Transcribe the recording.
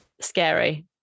scary